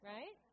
Right